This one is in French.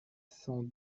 cent